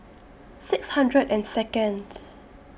six hundred and Second